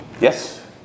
Yes